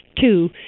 two